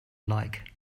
like